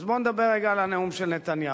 אז בואו נדבר רגע על הנאום של נתניהו.